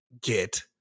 get